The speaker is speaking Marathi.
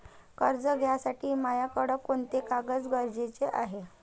कर्ज घ्यासाठी मायाकडं कोंते कागद गरजेचे हाय?